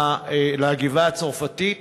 לגבעה-הצרפתית.